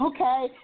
okay